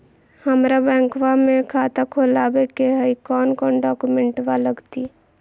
हमरा बैंकवा मे खाता खोलाबे के हई कौन कौन डॉक्यूमेंटवा लगती?